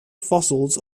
fossils